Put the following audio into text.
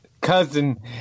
Cousin